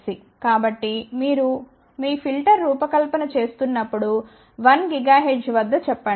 కాబట్టి మీరు మీ ఫిల్టర్ రూపకల్పన చేస్తున్నప్పుడు 1 GHz వద్ద చెప్పండి